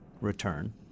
return